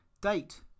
Date